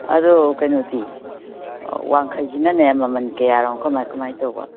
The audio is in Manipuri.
ꯑꯗꯣ ꯀꯩꯅꯣꯗꯤ ꯋꯥꯡꯈꯩꯁꯤꯅꯅꯦ ꯃꯃꯜ ꯀꯌꯥꯔꯣꯝ ꯀꯃꯥꯏ ꯀꯃꯥꯏ ꯇꯧꯕ